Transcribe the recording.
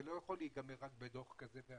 זה לא יכול להיגמר רק בדו"ח כזה ואחר.